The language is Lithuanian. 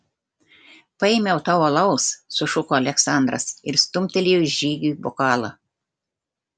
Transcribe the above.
paėmiau tau alaus sušuko aleksandras ir stumtelėjo žygiui bokalą